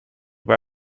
war